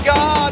God